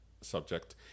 subject